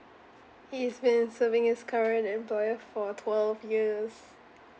he is been serving his current employer for twelve years